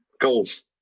goals